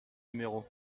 numéro